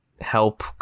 help